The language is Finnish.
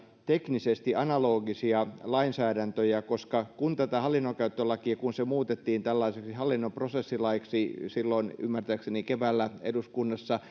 teknisesti analogisia lainsäädäntöjä koska kun tämä hallinnonkäyttölaki muutettiin tällaiseksi hallinnonprosessilaiksi silloin ymmärtääkseni keväällä eduskunnassa